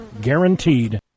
Guaranteed